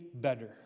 better